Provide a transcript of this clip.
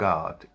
God